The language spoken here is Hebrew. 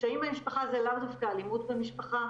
קשיים במשפחה זה לאו דווקא אלימות במשפחה,